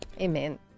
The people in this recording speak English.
Amen